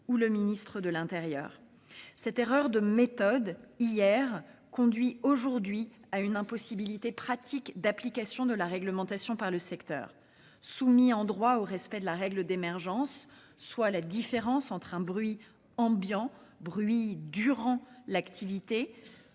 ou le ministre de l'Intérieur. Cette erreur de méthode, hier, conduit aujourd'hui à une impossibilité pratique d'application de la réglementation par le secteur. Soumis en droit au respect de la règle d'émergence, soit la différence entre un bruit ambient, bruit durant l'activité,